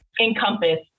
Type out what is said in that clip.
encompass